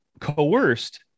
coerced